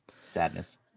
Sadness